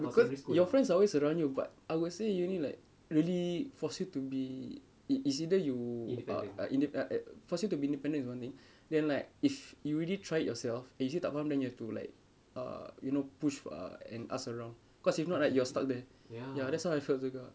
because your friends always around you but I will say uni like really force you to be it is either you ah ind~ force you to be independent is one thing then like if you really try it yourself tak faham then you have to like uh you know push far and ask around cause if not right you are stuck ya that's what I felt juga